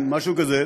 משהו כזה,